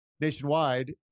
nationwide